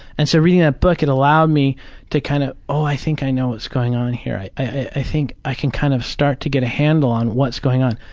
and so reading that ah book, it allowed me to kind of, oh, i think i know what's going on here. i i think i can kind of start to get a handle on what's going on.